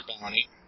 bounty